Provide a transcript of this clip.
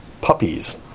puppies